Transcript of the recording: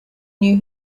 knew